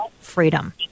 Freedom